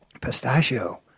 pistachio